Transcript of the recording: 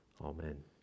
Amen